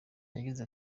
yagize